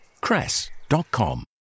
Cress.com